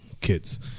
kids